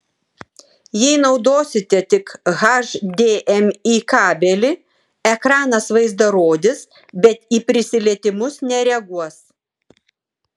jei naudosite tik hdmi kabelį ekranas vaizdą rodys bet į prisilietimus nereaguos